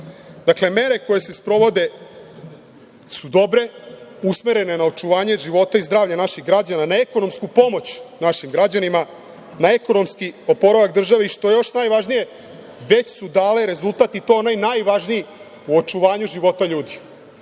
mere koje se sprovode su dobre, usmerene na očuvanje života i zdravlja naših građana, na ekonomsku pomoć našim građanima, na ekonomski oporavak države i što je još važnije, već su dale rezultat i to onaj najvažniji –u očuvanju života ljudi